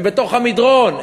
הם בתוך המדרון.